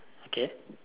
okay